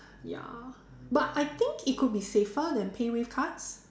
ya but I think it could be safer than PayWave cards